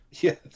yes